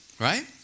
right